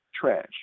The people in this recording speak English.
trash